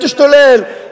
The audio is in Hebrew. היא תשתולל.